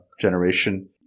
generation